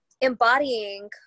embodying